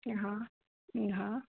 हँ हँ